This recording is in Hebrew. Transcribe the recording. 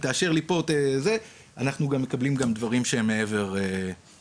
"תאשר לי פה" וכו' אנחנו מקבלים גם דברים שהם מעבר --- תודה.